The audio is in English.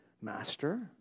Master